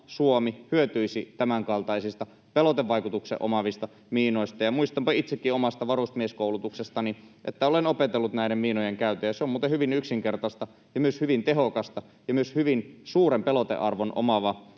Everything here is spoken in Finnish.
Suomi, hyötyisi tämänkaltaisista, pelotevaikutuksen omaavista miinoista. Muistanpa itsekin omasta varusmieskoulutuksestani, että olen opetellut näiden miinojen käyttöä, ja se on muuten hyvin yksinkertaista ja myös hyvin tehokasta, ja myös hyvin suuren pelotearvon omaava